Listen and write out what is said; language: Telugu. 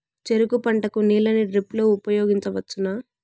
చెరుకు పంట కు నీళ్ళని డ్రిప్ లో ఉపయోగించువచ్చునా?